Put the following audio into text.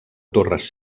torres